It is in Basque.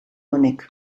honek